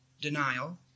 denial